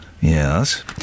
Yes